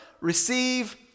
receive